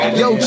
yo